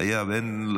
חייבים.